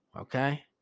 okay